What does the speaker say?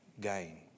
gain